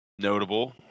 Notable